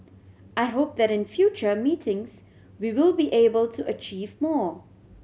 I hope that in future meetings we will be able to achieve more